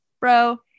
Bro